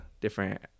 different